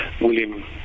William